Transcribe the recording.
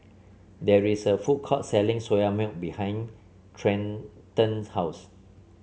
there is a food court selling Soya Milk behind Trenten's house